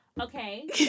Okay